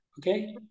okay